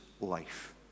life